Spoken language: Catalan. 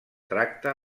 tracta